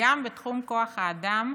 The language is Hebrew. גם בתחום כוח האדם,